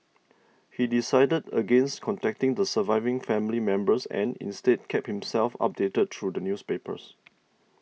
he decided against contacting the surviving family members and instead kept himself updated through the newspapers